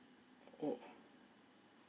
oh